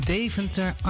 Deventer